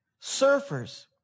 Surfers